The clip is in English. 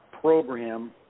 program